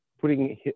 putting